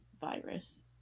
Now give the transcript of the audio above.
virus